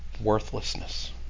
worthlessness